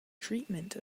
treatment